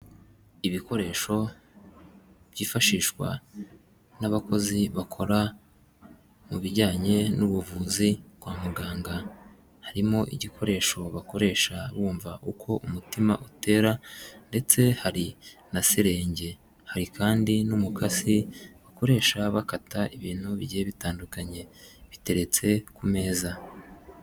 Ibikoresho byifashishwa n'abakozi bakora mu bijyanye n'ubuvuzi kwa muganga, harimo igikoresho bakoresha bumva uko umutima utera ndetse hari na selenge, hari kandi n'umukasi bakoresha bakata ibintu bigiye bitandukanye biteretse ku meza.